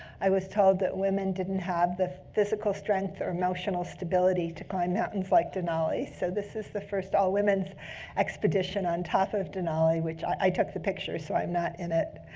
i was told that women didn't have the physical strength or emotional stability to climb mountains like denali. so this is the first all women's expedition on top ah of denali, which i took the picture, so i'm not in it.